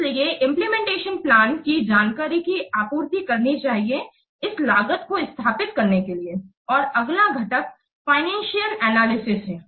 इसलिए implementation plan की जानकारी की आपूर्ति करनी चाहिए इस लागत को स्थापित करने के लिए और अगला घटक फाइनेंशियल एनालिसिस है